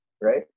right